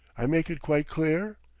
i make it quite clear?